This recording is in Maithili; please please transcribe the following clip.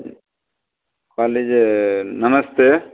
कहली जे नमस्ते